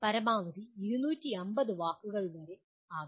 പരമാവധി 250 വാക്കുകൾ എഴുതാം